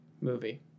movie